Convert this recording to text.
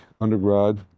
undergrad